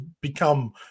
Become